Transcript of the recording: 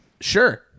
Sure